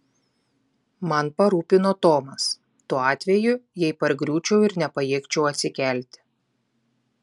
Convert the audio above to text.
man parūpino tomas tuo atveju jei pargriūčiau ir nepajėgčiau atsikelti